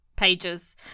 pages